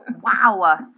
Wow